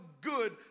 good